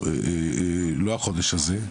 לא החודש הזה,